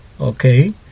okay